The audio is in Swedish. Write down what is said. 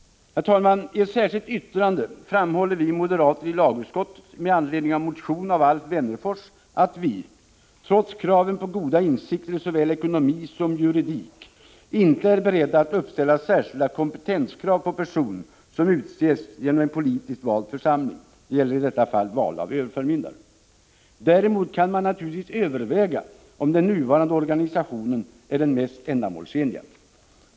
Herr talman! I ett särskilt yttrande framhåller vi moderater i lagutskottet med anledning av en motion av Alf Wennerfors, att vi — trots kraven på goda insikter i såväl ekonomi som juridik hos den som väljs till överförmyndare — inte är beredda att uppställa särskilda kompetenskrav på person som utses genom en politiskt vald församling. Däremot kan man naturligtvis överväga om den nuvarande organisationen är den mest ändamålsenliga.